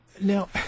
Now